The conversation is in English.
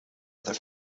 other